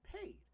paid